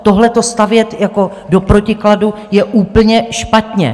Tohleto stavět do protikladu je úplně špatně.